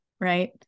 right